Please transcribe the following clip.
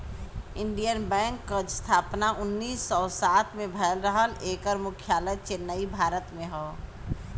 Indian Bank क स्थापना उन्नीस सौ सात में भयल रहल एकर मुख्यालय चेन्नई, भारत में हौ